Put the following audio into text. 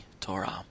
Torah